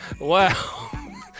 wow